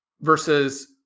versus